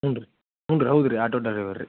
ಹ್ಞೂ ರೀ ಹ್ಞೂ ರೀ ಹೌದ್ ರೀ ಆಟೋ ಡ್ರೈವರ್ ರೀ